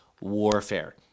warfare